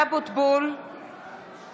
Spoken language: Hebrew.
(קוראת בשמות חברי הכנסת)